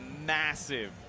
massive